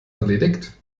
erledigt